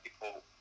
people